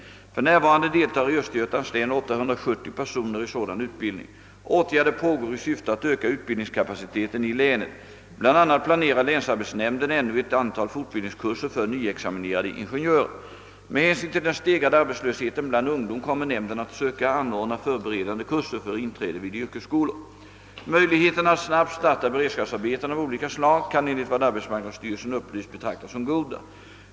För närvarande deltar i Östergötlands län 870 personer i sådan utbildning. Åtgärder pågår i syfte att öka utbildningskapaciteten i länet. BI. a. planerar länsarbetsnämnden ännu ett antal fortbildningskurser för nyexaminerade ingenjörer, Med hänsyn till den stegrade arbetslösheten bland ungdom kommer nämnden att söka anordna förberedande kurser för inträde vid yrkesskolor. Möjligheterna att snabbt starta beredskapsarbeten av olika slag kan enligt vad arbetsmarknadsstyrelsen upplyst betraktas som goda.